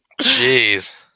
Jeez